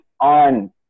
on